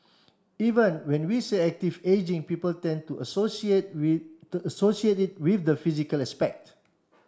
even when we say active ageing people tend to associate associate it with the physical aspect